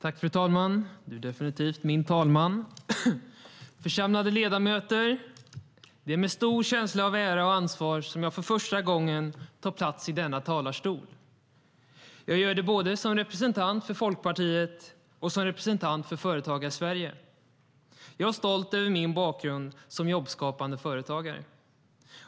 Fru talman! Du är definitivt min talman. Församlade ledamöter! Det är med stor känsla av ära och ansvar som jag för första gången tar plats i denna talarstol. Jag gör det både som representant för Folkpartiet och som representant för Företagarsverige. Jag är stolt över min bakgrund som jobbskapande företagare.